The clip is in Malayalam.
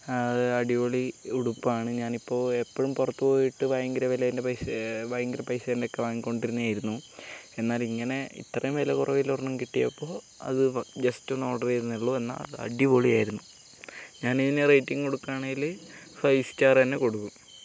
അത് അടിപൊളി ഉടുപ്പാണ് ഞാനിപ്പോൾ എപ്പോഴും പുറത്ത് പോയിട്ട് ഭയങ്കര വിലേൻ്റെ പൈസ ഭയങ്കര പൈസേൻ്റെ ഒക്കെ വാങ്ങിക്കൊണ്ടിരുന്നതായിരുന്നു എന്നാൽ ഇങ്ങനെ ഇത്രയും വിലക്കുറവിൽ ഒരെണ്ണം കിട്ടിയപ്പോൾ അത് ജസ്റ്റ് ഒന്ന് ഓർഡറ് ചെയ്തു എന്നുള്ളൂ എന്നാൽ അത് അടിപൊളി ആയിരുന്നു ഞാനിതിൻ്റെ റേറ്റിംഗ് കൊടുക്കുകയാണെങ്കിൽ ഫൈവ് സ്റ്റാർ തന്നെ കൊടുക്കും